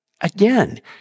Again